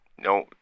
No